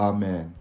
Amen